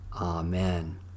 Amen